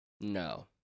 No